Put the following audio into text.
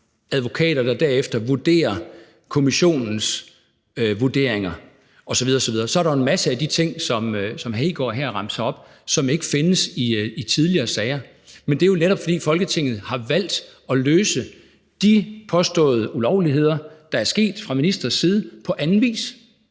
advokater, der derefter vurderer kommissionens vurderinger, osv. osv., er der jo en masse af de ting, som hr. Kristian Hegaard her remser op, som ikke findes i tidligere sager. Men det er jo, netop fordi Folketinget har valgt at løse de påståede ulovligheder, der er sket fra ministres side, på anden vis.